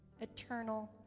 eternal